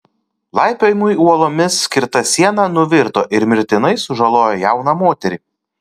laipiojimui uolomis skirta siena nuvirto ir mirtinai sužalojo jauną moterį